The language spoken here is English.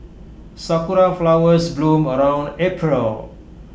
Sakura Flowers bloom around April